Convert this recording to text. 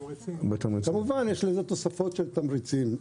כמובן יש עוד תוספות של תמריצים.